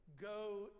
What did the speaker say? Go